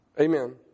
Amen